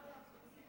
אדוני היושב-ראש,